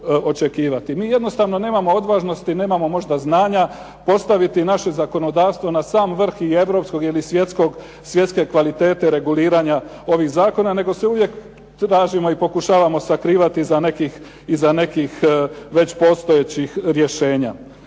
Mi jednostavno nemamo odvažnosti, nemamo možda znanja postaviti naše zakonodavstvo na sam vrh i europskog ili svjetske kvalitete reguliranja ovih zakona, nego se uvijek tražimo i pokušavamo sakrivati iza nekih već postojećih rješenja.